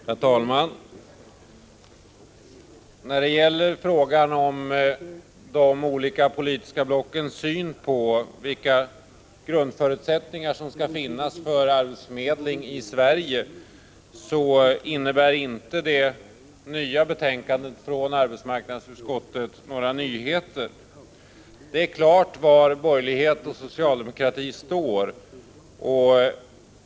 Herr talman! I frågan om de politiska blockens syn på vilka grundförutsättningar som skall finnas för arbetsförmedling i Sverige innebär inte det nya betänkandet från arbetsmarknadsutskottet några nyheter. Det är klart var borgerligheten och socialdemokratin står.